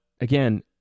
again